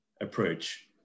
approach